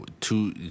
two